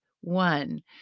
One